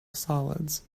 solids